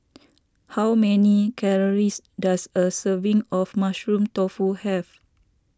how many calories does a serving of Mushroom Tofu have